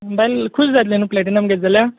बायल खूश जातली न्हू प्लॅटिनम घेत जाल्यार